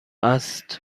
است